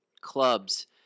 clubs